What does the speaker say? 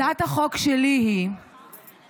הצעת החוק שלי היא להוסיף